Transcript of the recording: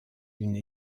une